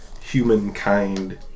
humankind